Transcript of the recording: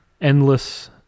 endless